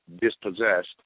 dispossessed